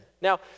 now